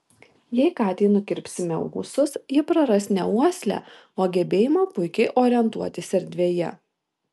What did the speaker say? jei katei nukirpsime ūsus ji praras ne uoslę o gebėjimą puikiai orientuotis erdvėje